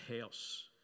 house